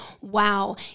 wow